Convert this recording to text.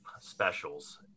specials